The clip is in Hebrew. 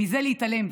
מזה להתעלם.